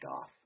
off